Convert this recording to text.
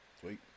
Sweet